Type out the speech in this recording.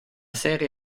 serie